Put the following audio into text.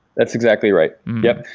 that's exactly right. yup,